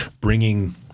bringing